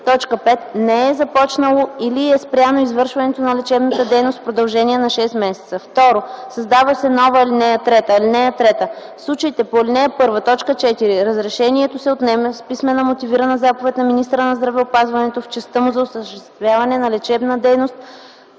1; 5. не е започнало или е спряно извършването на лечебна дейност в продължение на шест месеца.” 2. Създава се нова ал. 3: „(3) В случаите по ал. 1, т. 4 разрешението се отнема с писмена мотивирана заповед на министъра на здравеопазването в частта му за осъществяване на лечебна дейност